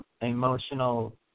emotional